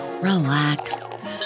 relax